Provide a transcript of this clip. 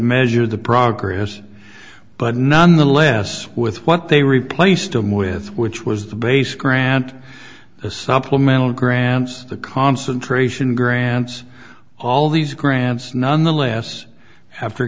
measure the progress but none the less with what they replaced them with which was the base grant a supplemental grants the concentration grants all these grants nonetheless after